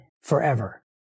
forever